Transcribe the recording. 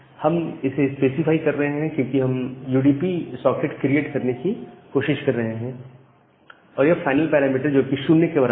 हम इसे स्पेसिफाई कर रहे हैं क्योंकि हम यूडीपी सॉकेट क्रिएट करने की कोशिश कर रहे हैं और यह फाइनल पैरामीटर जो कि 0 के बराबर है